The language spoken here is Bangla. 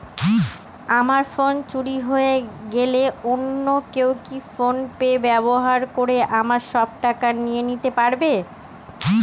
আমার ফোন চুরি হয়ে গেলে অন্য কেউ কি ফোন পে ব্যবহার করে আমার সব টাকা নিয়ে নিতে পারবে?